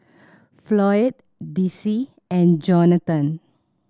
Floyd Dicie and Jonathon